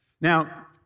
Now